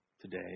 today